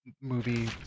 movie